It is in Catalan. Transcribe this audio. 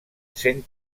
cent